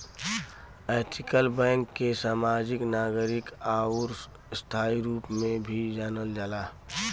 ethical bank के समाजिक, नागरिक आउर स्थायी रूप में भी जानल जाला